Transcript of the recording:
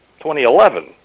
2011